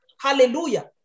Hallelujah